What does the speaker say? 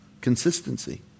consistency